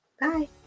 Bye